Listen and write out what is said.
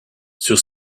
sur